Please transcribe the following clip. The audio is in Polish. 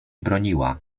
broniła